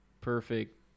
perfect